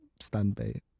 standby